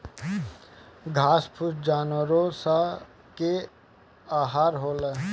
घास फूस जानवरो स के आहार होला